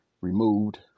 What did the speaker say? removed